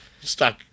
stuck